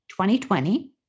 2020